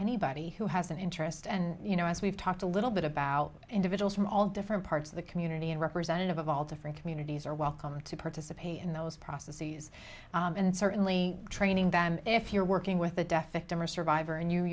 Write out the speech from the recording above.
anybody who has an interest and you know as we've talked a little bit about individuals from all different parts of the community and representative of all different communities are welcome to participate in those processes and certainly training them if you're working with a deaf and dumb or a survivor and you